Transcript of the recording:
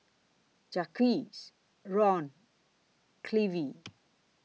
Jacques Ron Clevie